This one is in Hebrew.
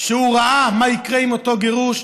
שהוא ראה מה יקרה עם אותו גירוש,